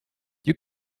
you